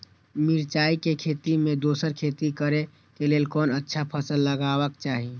मिरचाई के खेती मे दोसर खेती करे क लेल कोन अच्छा फसल लगवाक चाहिँ?